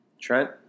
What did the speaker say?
Trent